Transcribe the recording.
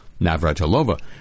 Navratilova